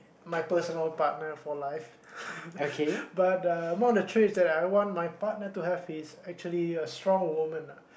my personal partner for life but uh more mature is that I want my partner to have his actually a strong woman ah